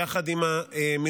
יחד עם מלחמה,